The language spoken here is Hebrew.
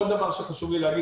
עוד דבר שחשוב לי להגיד,